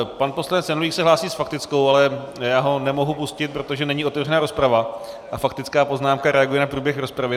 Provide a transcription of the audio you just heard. Pan poslanec Janulík se hlásí s faktickou, já ho nemohu pustit, protože není otevřená rozprava a faktická poznámka reaguje na průběh rozpravy.